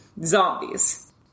Zombies